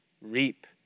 reap